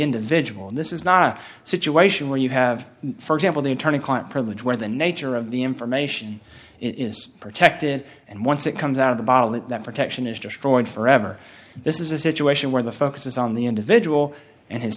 individual and this is not a situation where you have for example the attorney client privilege where the nature of the information is protected and once it comes out of the bottle that that protection is destroyed forever this is a situation where the focus is on the individual and his